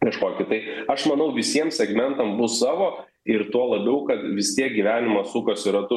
kažkokį tai aš manau visiem segmentam bus savo ir tuo labiau kad vis tiek gyvenimas sukasi ratu